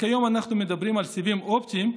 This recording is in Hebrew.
וכיום אנחנו מדברים על סיבים אופטיים,